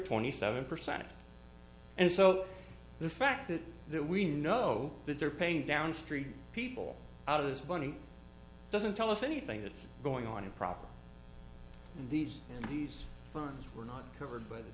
twenty seven percent and so the fact that that we know that they're paying downstream people out of this money doesn't tell us anything that's going on your property these these funds were not covered by the